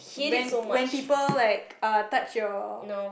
when when people like uh people touch your